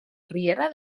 riera